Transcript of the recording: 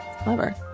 clever